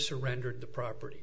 surrendered the property